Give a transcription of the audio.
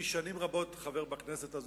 אני שנים רבות חבר בכנסת הזאת,